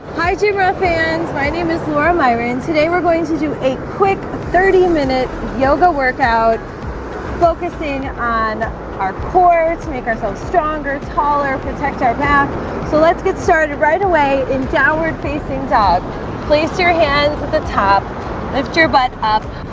hi jiro fans, my name is laura myron. today. we're going to do a quick ah thirty minute yoga workout focusing on our core to make ourselves stronger tall or protect our path so let's get started right away in downward-facing dog place your hands at the top lift your butt up